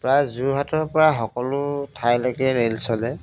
প্ৰায় যোৰহাটৰ পৰা সকলো ঠাইলৈকে ৰে'ল চলে